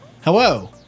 Hello